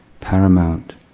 paramount